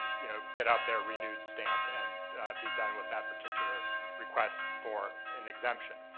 you know, get out their renewed stamp and be done with that particular request for an exemption.